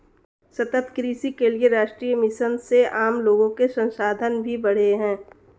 सतत कृषि के लिए राष्ट्रीय मिशन से आम लोगो के संसाधन भी बढ़े है